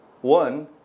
one